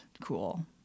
cool